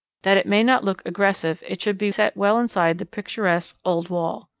that it may not look aggressive, it should be set well inside the picturesque old wall.